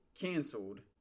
canceled